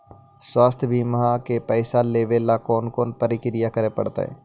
स्वास्थी बिमा के पैसा लेबे ल कोन कोन परकिया करे पड़तै?